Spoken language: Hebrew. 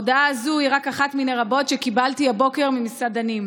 ההודעה הזאת היא רק אחת מיני רבות שקיבלתי הבוקר ממסעדנים.